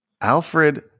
Alfred